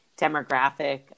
demographic